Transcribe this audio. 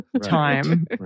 time